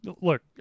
look